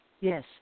Yes